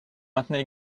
maintenez